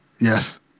Yes